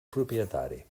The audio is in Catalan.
propietari